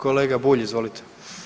Kolega Bulj, izvolite.